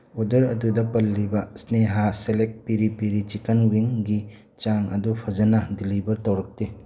order ꯑꯗꯨꯗ ꯄꯜꯂꯤꯕ ꯁ꯭ꯅꯦꯍꯥ ꯁꯦꯂꯦꯛ ꯄꯦꯔꯤ ꯄꯦꯔꯤ ꯆꯤꯀꯟ ꯋꯤꯡꯒꯤ ꯆꯥꯡ ꯑꯗꯨ ꯐꯖꯅ ꯗꯤꯂꯤꯚꯔ ꯇꯧꯔꯛꯇꯦ